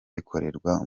bikorerwa